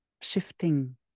shifting